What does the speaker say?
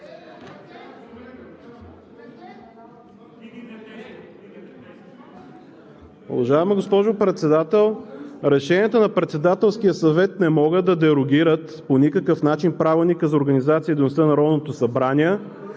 Уважаема госпожо Председател, решенията на Председателския съвет не могат да дерогират по никакъв начин Правилника за организацията и